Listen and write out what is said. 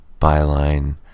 byline